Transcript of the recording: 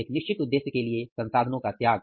एक निश्चित उद्देश्य के लिए संसाधनों का त्याग